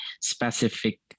specific